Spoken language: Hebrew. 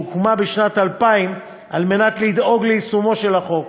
שהוקמה בשנת 2000 כדי לדאוג ליישומו של החוק,